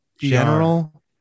general